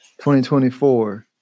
2024